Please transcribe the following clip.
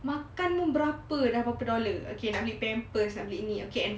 makan pun berapa dah berapa dollar okay nak beli pampers nak beli ini and